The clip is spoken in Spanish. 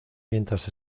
mientras